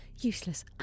useless